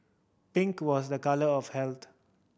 pink was a colour of health